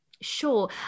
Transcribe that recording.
Sure